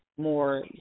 more